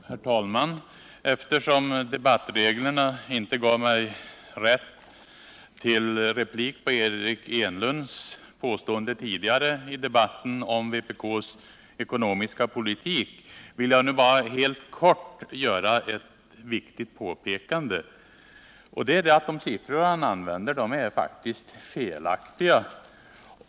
Herr talman! Eftersom debattreglerna inte gav mig rätt till replik efter Eric Enlunds påstående tidigare i debatten om vpk:s ekonomiska politik, vill jag nu bara helt kort göra ett viktigt påpekande. De siffror som Eric Enlund använde är faktiskt felaktiga.